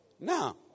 No